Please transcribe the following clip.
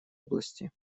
области